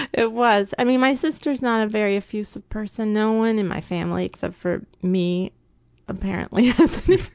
it was, i mean my sister's not a very effusive person, no one in my family except for me apparently